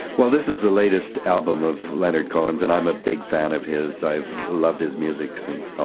well, this is the latest album of leonard cohen's and i'm a big fan of his. i've loved his music since, oh,